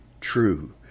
true